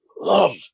love